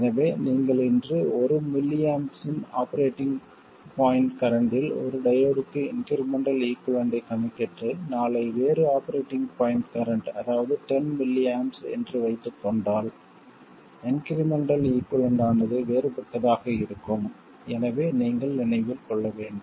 எனவே நீங்கள் இன்று 1mA இன் ஆபரேட்டிங் பாய்ண்ட் கரண்ட்டில் ஒரு டையோடுக்கு இன்க்ரிமெண்ட்டல் ஈகுய்வலன்ட்டை கணக்கிட்டு நாளை வேறு ஆபரேட்டிங் பாய்ண்ட் கரண்ட் அதாவது 10mAs என்று வைத்துக் கொண்டால் இன்க்ரிமெண்ட்டல் ஈகுய்வலன்ட் ஆனது வேறுபட்டதாக இருக்கும் எனவே நீங்கள் நினைவில் கொள்ள வேண்டும்